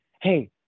hey